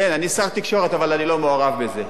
כן, אני שר התקשורת, אבל אני לא מעורב בזה.